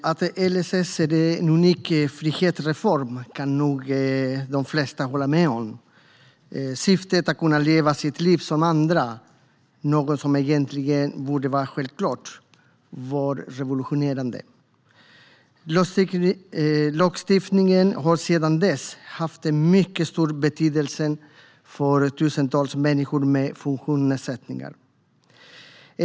Herr talman! Att LSS är en frihetsreform kan nog de flesta hålla med om. Syftet att kunna leva sitt liv som andra, något som egentligen borde vara självklart, var revolutionerande. Lagen har sedan den stiftades haft en mycket stor betydelse för tusentals människor med funktionsnedsättningar.